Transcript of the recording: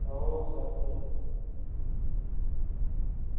आओ सारियां न